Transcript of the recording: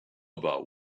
about